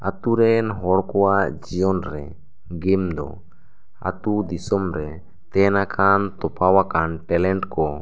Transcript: ᱟᱛᱳ ᱨᱮᱱ ᱦᱚᱲ ᱠᱚᱣᱟᱜ ᱡᱤᱭᱚᱱ ᱨᱮ ᱜᱮᱢ ᱫᱚ ᱟᱛᱳ ᱫᱤᱥᱟᱹᱢ ᱨᱮ ᱛᱮᱱ ᱟᱠᱟᱱ ᱛᱚᱯᱟᱣᱟᱠᱟᱱ ᱴᱮᱞᱮᱱᱴ ᱠᱚ